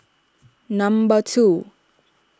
number two